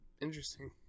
Interesting